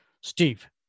steve